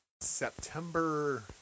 September